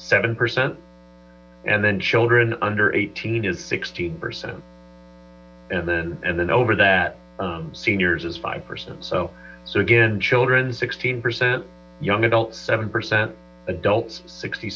seven percent and then children under eighteen is sixteen percent and then and then over that seniors as five percent so so again children sixteen percent young adults seven percent adults sixty